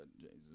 Jesus